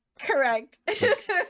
Correct